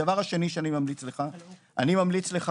הדבר השני שאני ממליץ לך: להכריז